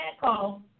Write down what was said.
call